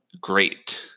great